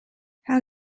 how